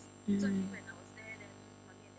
mm